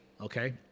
Okay